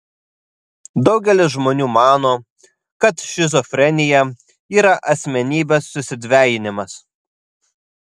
daugelis žmonių mano kad šizofrenija yra asmenybės susidvejinimas